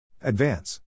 Advance